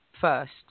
first